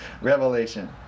Revelation